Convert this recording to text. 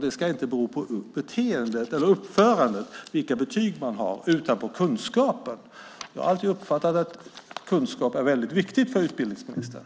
Det ska inte bero på uppförandet vilka betyg man har utan på kunskapen. Jag har alltid uppfattat att kunskap är väldigt viktigt för utbildningsministern.